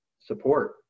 support